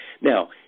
Now